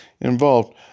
involved